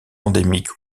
endémique